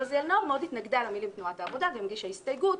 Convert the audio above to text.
אסתר רזיאל נאור מאוד התנגדה למילים "תנועת העבודה" וגם הגישה הסתייגות,